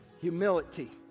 humility